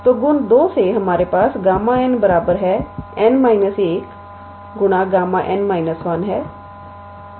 तो गुण 2 से हमारे पास Γ𝑛 𝑛 − 1Γ𝑛 − 1 है